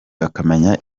bakamenya